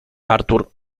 artur